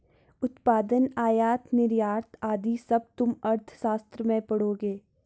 उत्पादन, आयात निर्यात आदि सब तुम अर्थशास्त्र में पढ़ोगे